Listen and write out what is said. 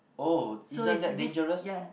oh isn't that dangerous